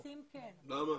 למה?